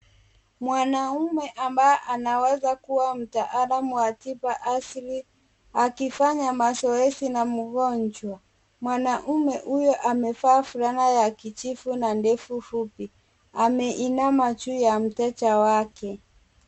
Mwanaume ambaye anaweza kuwa mtaalamu wa tiba asiri akifanya mazoezi na mgonjwa. Mwanaume huyo amevaa fulana ya kijivu na ndevu fupi. Ameinama juu ya mteja wake.